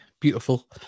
beautiful